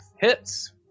hits